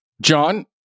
John